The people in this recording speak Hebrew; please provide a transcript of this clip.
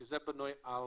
כי זה בנוי על